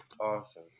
awesome